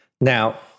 Now